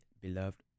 beloved